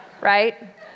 Right